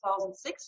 2006